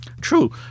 True